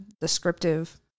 descriptive